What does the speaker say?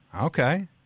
Okay